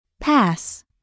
Pass